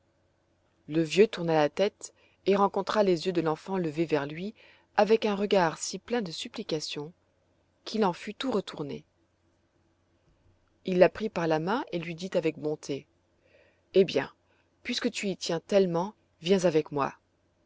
le vieux tourna la tête et rencontra les yeux de l'enfant levés vers lui avec un regard si plein de supplication qu'il en fut tout retourné il la prit par la main et lui dit avec bonté eh bien puisque tu y tiens tellement viens avec moi